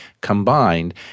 combined